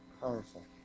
powerful